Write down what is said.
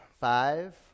Five